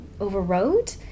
overrode